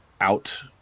out